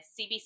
CBC